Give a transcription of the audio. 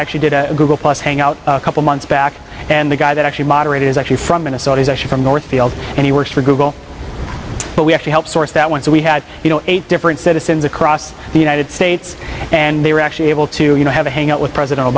actually did a google plus hangout a couple months back and the guy that actually moderate is actually from minnesota is actually from northfield and he works for google but we actually help source that one so we had you know eight different citizens across the united states and they were actually able to you know have a hangout with president